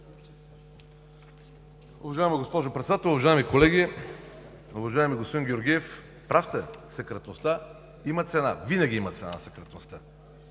Уважаема госпожо Председател, уважаеми колеги! Уважаеми господин Георгиев, прав сте – секретността има цена! Винаги има цена секретността!